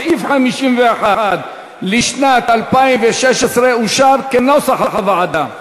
סעיף 51 לשנת 2016 אושר כנוסח הוועדה.